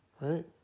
right